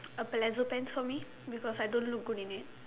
a pleated pants for me because I don't look good in it